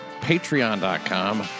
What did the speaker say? Patreon.com